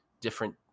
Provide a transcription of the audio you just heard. different